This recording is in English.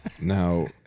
now